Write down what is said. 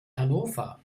hannover